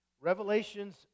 Revelation's